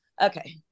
Okay